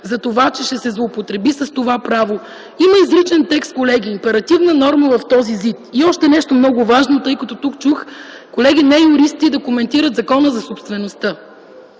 за това, че ще се злоупотреби с това право. Има изричен текст, колеги – императивна норма в този вид. И още нещо, което е много важно, тъй като тук чух колеги неюристи да коментират Закона за собствеността.